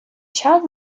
час